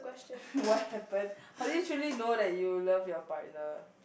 what happen how do you truly know that you love your partner